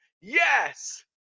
Yes